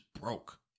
broke